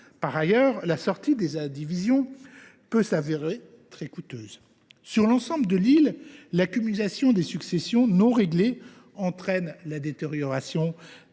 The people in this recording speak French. garanti. La sortie des indivisions peut, de plus, se révéler très coûteuse. Sur l’ensemble de l’île, l’accumulation des successions non réglées entraîne la détérioration